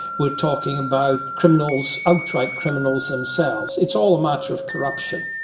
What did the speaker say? we're talking about criminals, outright criminals, themselves. it's all a matter of corruption.